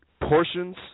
Portions